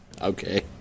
Okay